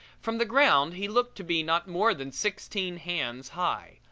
from the ground he looked to be not more than sixteen hands high,